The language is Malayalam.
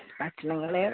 ഭക്ഷണങ്ങൾ